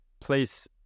place